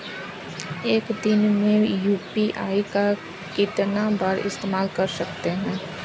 एक दिन में यू.पी.आई का कितनी बार इस्तेमाल कर सकते हैं?